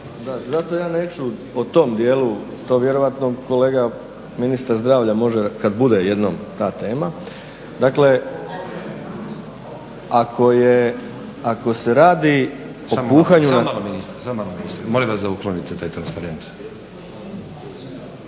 Zato ja neću o tom djelu, to vjerojatno kolega ministar zdravlja može kada bude jednom ta tema. Dakle, ako se radi… **Stazić, Nenad (SDP)** Samo malo ministre. Molim vas da uklonite te transparente.